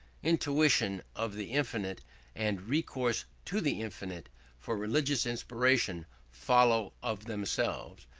intuition of the infinite and recourse to the infinite for religious inspiration follow of themselves,